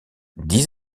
dix